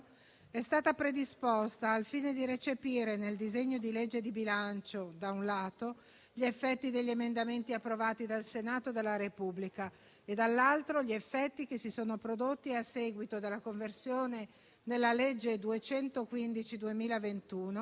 è stata predisposta al fine di recepire nel disegno di legge di bilancio, da un lato, gli effetti degli emendamenti approvati dal Senato della Repubblica e, dall'altro, gli effetti che si sono prodotti a seguito della conversione nella legge n. 215